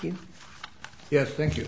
you yes thank you